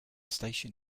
station